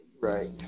Right